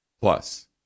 Plus